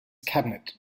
cabinet